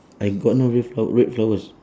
I got no red flower red flowers